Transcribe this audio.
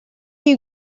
you